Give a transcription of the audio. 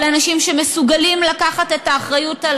על אנשים שמסוגלים לקחת את האחריות על